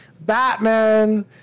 Batman